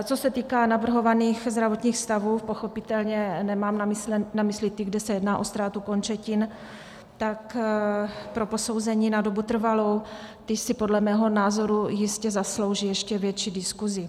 Co se týká navrhovaných zdravotních stavů, pochopitelně nemám na mysli ty, kde se jedná o ztrátu končetin, tak pro posouzení na dobu trvalou již si podle mého názoru jistě zaslouží ještě větší diskuzi.